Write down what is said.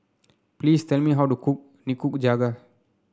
please tell me how to cook Nikujaga